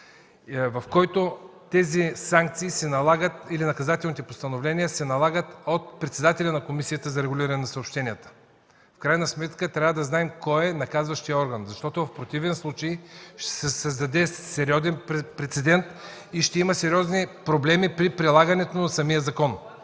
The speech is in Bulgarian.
в който тези санкции или наказателните постановления се налагат от председателя на Комисията за регулиране на съобщенията. В крайна сметка трябва да знаем кой е наказващият орган, защото в противен случай ще се създаде сериозен прецедент и ще има сериозни проблеми при прилагането на самия закон.